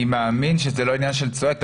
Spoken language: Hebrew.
אני מאמין שזה לא עניין של צועק.